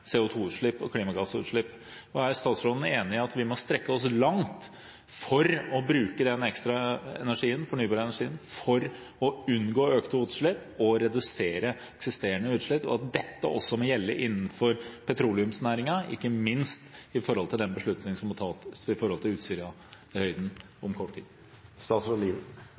CO2-utslipp og klimagassutslipp. Er statsråden enig i at vi må strekke oss langt for å bruke den ekstra energien, den fornybare energien, for å unngå økte utslipp og redusere eksisterende utslipp, og at dette også må gjelde innenfor petroleumsnæringen, ikke minst med hensyn til den beslutningen som om kort tid må tas i forbindelse med Utsirahøyden? Takk til